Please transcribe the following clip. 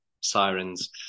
Sirens